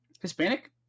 Hispanic